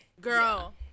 Girl